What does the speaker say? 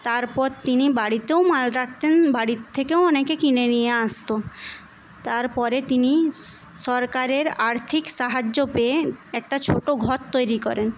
তারপর তিনি বাড়িতেও মাল রাখতেন বাড়ির থেকেও অনেকে কিনে নিয়ে আসত তার পরে তিনি সরকারের আর্থিক সাহায্য পেয়ে একটা ছোটো ঘর তৈরি করেন